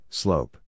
slope